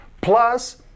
plus